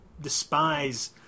despise